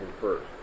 first